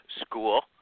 school